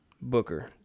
Booker